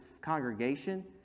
congregation